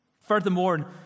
Furthermore